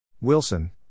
Wilson